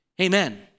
Amen